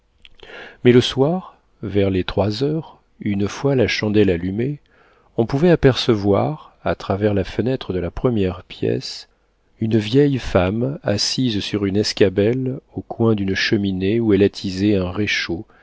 mais le soir vers les trois heures une fois la chandelle allumée on pouvait apercevoir à travers la fenêtre de la première pièce une vieille femme assise sur une escabelle au coin d'une cheminée où elle attisait un réchaud